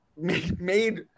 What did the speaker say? made –